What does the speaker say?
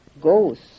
goes